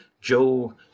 Joe